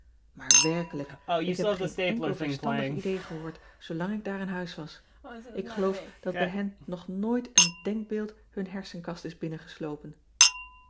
maar werkelijk ik heb geen enkel verstandig idee gehoord zoo lang ik daar in huis was k geloof dat bij hen nog nooit een denkbeeld hun hersenkast is